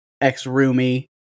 ex-roomie